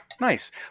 Nice